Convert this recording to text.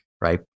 right